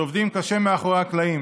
שעובדים קשה מאחורי הקלעים